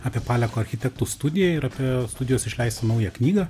apie paleko architektų studiją ir apie studijos išleistą naują knygą